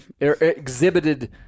Exhibited